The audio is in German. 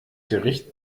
gericht